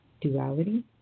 duality